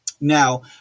Now